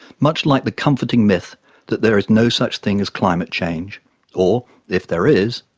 much like the comforting myth that there is no such thing as climate change or, if there is,